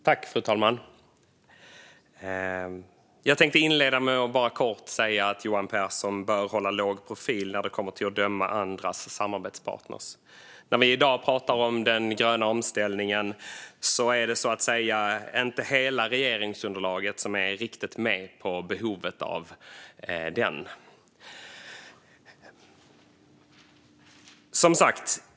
Fru talman! Jag tänkte bara kort inleda med att Johan Pehrson bör hålla låg profil när det kommer till att döma andras samarbetspartner. När vi i dag pratar om den gröna omställningen är inte hela regeringsunderlaget, så att säga, riktigt med på behovet av denna.